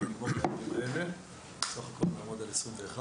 יעמוד סך הכל על 21